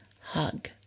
hug